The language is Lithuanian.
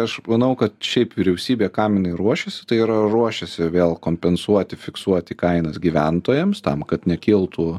aš manau kad šiaip vyriausybė kam jinai ruošiasi tai yra ruošiasi vėl kompensuoti fiksuoti kainas gyventojams tam kad nekiltų